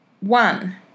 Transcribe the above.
One